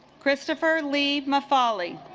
christopher lima folly